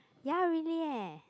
ya really eh